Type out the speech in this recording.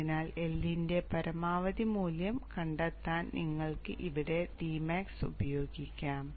അതിനാൽ L ന്റെ പരമാവധി മൂല്യം കണ്ടെത്താൻ നിങ്ങൾക്ക് ഇവിടെ d max ഉപയോഗിക്കാം